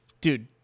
Dude